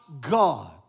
God